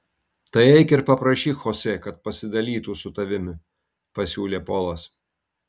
tai eik ir paprašyk chosė kad pasidalytų su tavimi pasiūlė polas